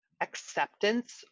acceptance